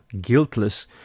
guiltless